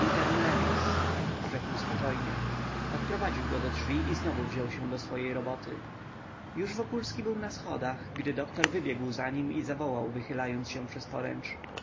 rzekł spokojnie odprowadził go do drzwi i znowu wziął się do swojej roboty już wokulski był na schodach gdy doktor wybiegł za nim i zawołał wychylając się przez